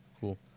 cool